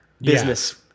business